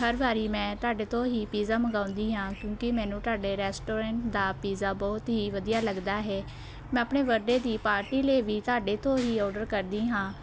ਹਰ ਵਾਰੀ ਮੈਂ ਤੁਹਾਡੇ ਤੋਂ ਹੀ ਪਿਜ਼ਾ ਮੰਗਾਉਂਦੀ ਹਾਂ ਕਿਉਂਕਿ ਮੈਨੂੰ ਤੁਹਾਡੇ ਰੈਸਟੋਰੈਂਟ ਦਾ ਪੀਜ਼ਾ ਬਹੁਤ ਹੀ ਵਧੀਆ ਲੱਗਦਾ ਹੈ ਮੈਂ ਆਪਣੇ ਬਡੇ ਦੀ ਪਾਰਟੀ ਲਈ ਵੀ ਤੁਹਾਡੇ ਤੋਂ ਹੀ ਔਡਰ ਕਰਦੀ ਹਾਂ